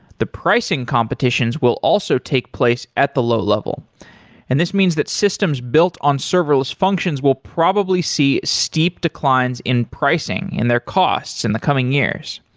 the pricing competitions will also take place at the low level and this means that systems built on serverless functions will probably see steep declines in pricing and their cost in the coming years.